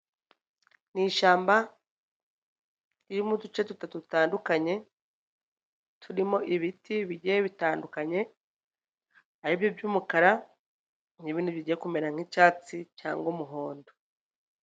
Ni ishyamba ririmo uduce duto dutandukanye, turimo ibiti bigiye bitandukanye aribyo by'umukara n'ibindi bijya kumera nk'icyatsi cyangwa umuhondo.